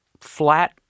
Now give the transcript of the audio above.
flat